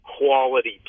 quality